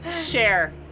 Share